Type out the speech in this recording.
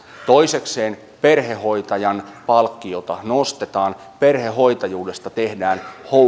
toisekseen perhehoitajan palkkiota nostetaan perhehoitajuudesta tehdään